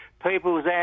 people's